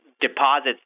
deposits